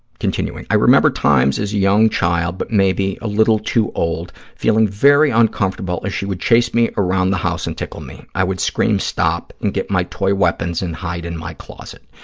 continuing, i remember times as a young child but maybe a little too old, feeling very uncomfortable as she would chase me around the house and tickle me. i would scream stop and get my toy weapons and hide in my closet.